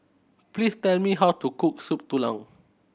please tell me how to cook Soup Tulang